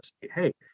Hey